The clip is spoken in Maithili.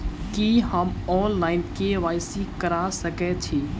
की हम ऑनलाइन, के.वाई.सी करा सकैत छी?